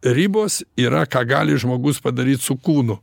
ribos yra ką gali žmogus padaryt su kūnu